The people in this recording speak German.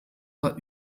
war